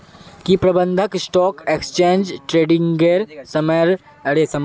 की प्रबंधक stock exchange ट्रेडिंगेर समय सारणीत परिवर्तन करवा सके छी